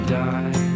die